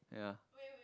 yeah